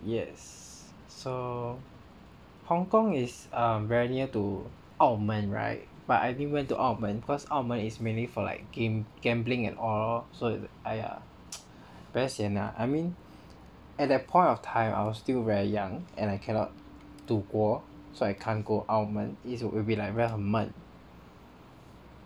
yes so Hong-Kong is um very near to 澳门 [right] but I didn't went to 澳门 cause 澳门 is mainly for like game gambling and all so !aiya! very sian lah I mean at that point of time I was still very young and I cannot 赌博 so I can't go 澳门 this will be like 很闷